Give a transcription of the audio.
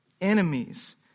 enemies